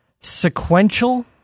sequential